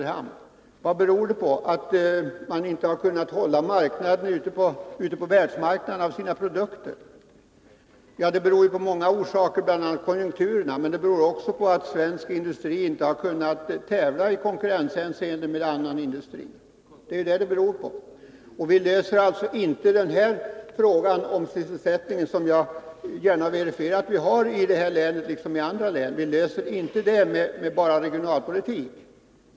Vad beror det på att man inte har kunnat hålla marknadsandelar på världsmarknaden för sina produkter? Det har många orsaker, bl.a. konjunkturerna, men det beror också på att svensk industri inte har kunnat tävla i konkurrenshänseende med annan industri. Det är det det beror på. Vilöser inte sysselsättningsproblemen —som jag gärna verifierar att vi har i detta län liksom i andra län — med bara regionalpolitik.